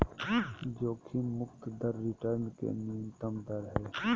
जोखिम मुक्त दर रिटर्न के न्यूनतम दर हइ